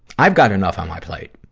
i've got enough on my plate.